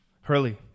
hurley